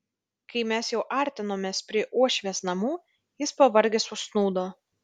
kai mes jau artinomės prie uošvės namų jis pavargęs užsnūdo